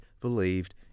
believed